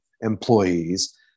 employees